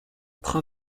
train